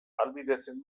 ahalbidetzen